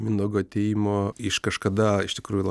mindaugo atėjimo iš kažkada iš tikrųjų